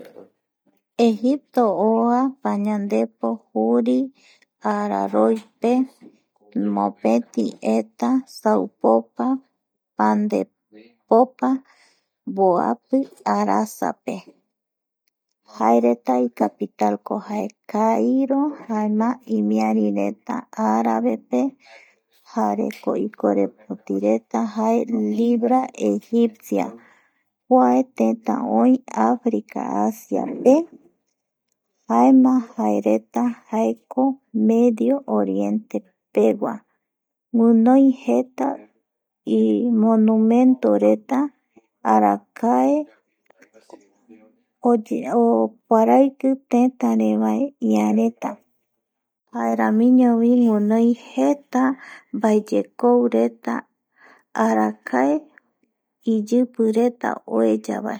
Egipto oa pañandepo juri araroipe mopeti eta saupopa pandepopa mboapi arasape jaereta icapital jaeko kairo jaema imiarireta arabe pe jareko ikorepotireta jae libra egipcia kua Tëta oï africa Asiape jaema jaereta jaeko medio oriente pegua guinoi jeta imonumento reta, arakae oparaiki tétärevaereta imiarireta jaeramiñovi guinoi jeta mbaeyekou reta arakae iyipireta oeyavae.